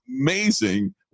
amazing